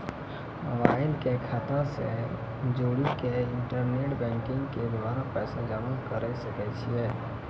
Mobile के खाता से जोड़ी के इंटरनेट बैंकिंग के द्वारा पैसा जमा करे सकय छियै?